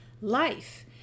life